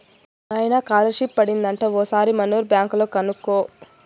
నాయనా కాలర్షిప్ పడింది అంట ఓసారి మనూరి బ్యాంక్ లో కనుకో